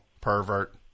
pervert